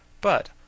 But—